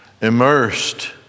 Immersed